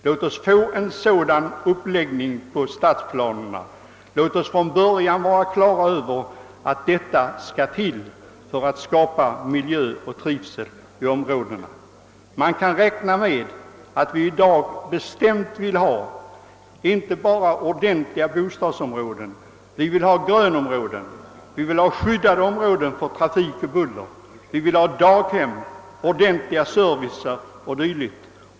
Låt oss få en sådan uppläggning av stadsplanerna, låt oss från början vara på det klara med att detta skall till för att åstadkomma trivsel i de nya områdena. Man kan räkna med att vi i dag vill ha inte bara ordentliga bostadsområden utan också grönområden, områden som är skyddade mot trafik och buller, daghem, ordentlig service o.d.